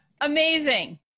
amazing